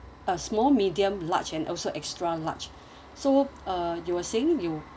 uh small medium large and also extra large so uh you were saying you